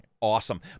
awesome